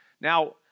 Now